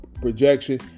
projection